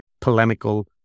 polemical